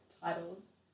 titles